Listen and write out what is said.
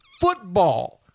football